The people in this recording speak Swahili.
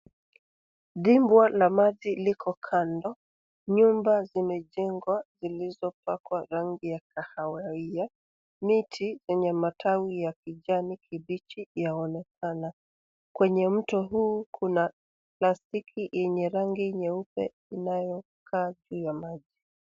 Dimbwa la maji liko kando jengo lililo pakwa rangi ya kahawia. Miti yenye matawi ya kijani kibichi yaonekana. Kwenye mto huu kuna plastiki yenye rangi nyeupe inayo kaa juu ya maji.